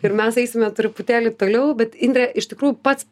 ir mes eisime truputėlį toliau bet indre iš tikrųjų pats